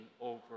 over